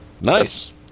nice